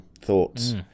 Thoughts